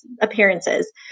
appearances